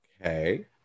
okay